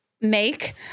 make